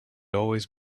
always